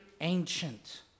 ancient